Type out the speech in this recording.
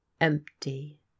empty